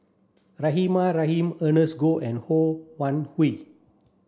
Rahimah Rahim Ernest Goh and Ho Wan Hui